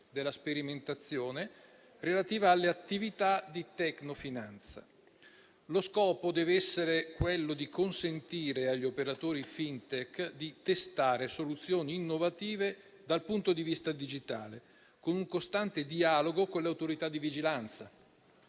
della sperimentazione relativa alle attività di tecnofinanza. Lo scopo dev'essere quello di consentire agli operatori FinTech di testare soluzioni innovative dal punto di vista digitale, in un costante dialogo con le autorità di vigilanza.